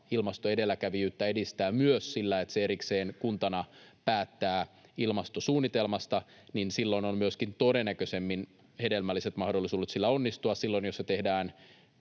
ilmastoedelläkävijyyttä edistää myös sillä, että se erikseen kuntana päättää ilmastosuunnitelmasta, niin silloin sillä on myöskin todennäköisemmin hedelmälliset mahdollisuudet onnistua, kuin jos se tehdään